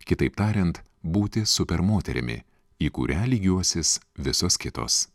kitaip tariant būti super moterimi į kurią lygiuosis visos kitos